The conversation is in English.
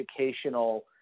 educational